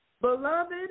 Beloved